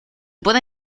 puede